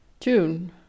June